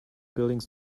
buildings